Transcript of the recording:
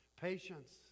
Patience